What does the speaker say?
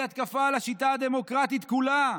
היא התקפה על השיטה הדמוקרטית כולה,